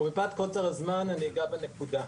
ומפאת קוצר הזמן אני אגע בנקודה,